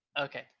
Okay